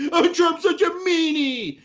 ah but trump's such a meanie,